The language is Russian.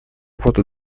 воду